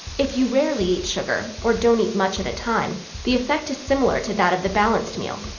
if you rarely eat sugar or don't eat much at a time, the effect is similar to that of the balanced meal.